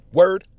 word